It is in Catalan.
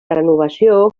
renovació